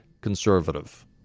conservative